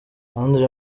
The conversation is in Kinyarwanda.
andré